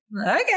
okay